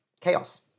chaos